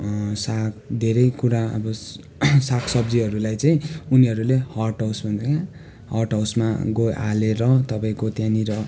साग धेरै कुरा अब सागसब्जीहरूलाई चाहिँ उनीहरूले हट हाउस भन्छ के हट हाउसमा हालेर तपाईँको त्यहाँनिर